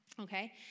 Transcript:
Okay